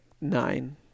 nine